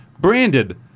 branded